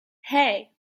hey